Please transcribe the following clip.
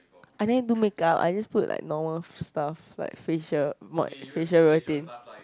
I didn't do makeup I just put like normal stuff like facial mode facial routine